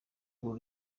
urwo